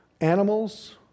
animals